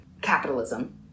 capitalism